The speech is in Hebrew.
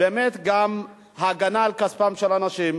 באמת גם ההגנה על כספם של אנשים,